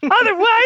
Otherwise